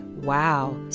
Wow